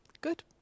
Good